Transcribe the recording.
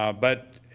ah but